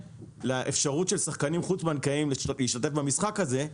לאפשרות של שחקנים חוץ-בנקאיים להשתתף במשחק הזה,